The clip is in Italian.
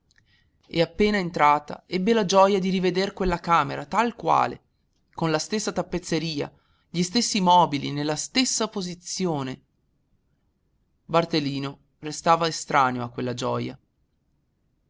e appena entrata ebbe la gioja di riveder quella camera tal quale con la stessa tappezzeria gli stessi mobili nella stessa posizione bartolino restava estraneo a quella gioja